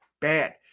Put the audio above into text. bad